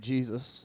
Jesus